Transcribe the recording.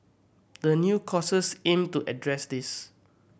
the new courses aim to address this